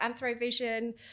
Anthrovision